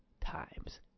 times